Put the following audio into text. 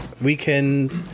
Weekend